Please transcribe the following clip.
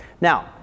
Now